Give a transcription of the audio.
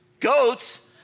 goats